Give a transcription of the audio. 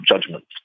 judgments